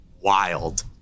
wild